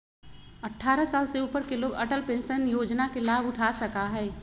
अट्ठारह साल से ऊपर के लोग अटल पेंशन योजना के लाभ उठा सका हई